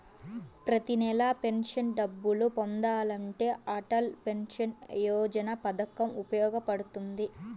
ప్రతి నెలా పెన్షన్ డబ్బులు పొందాలంటే అటల్ పెన్షన్ యోజన పథకం ఉపయోగపడుతుంది